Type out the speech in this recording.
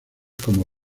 como